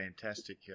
fantastic